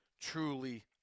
truly